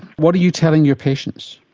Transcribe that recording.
what are you telling your patients?